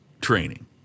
training